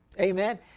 Amen